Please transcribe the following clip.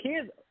kids